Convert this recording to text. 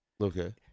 Okay